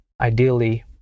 ideally